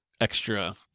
extra